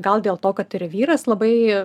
gal dėl to kad ir vyras labai